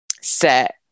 set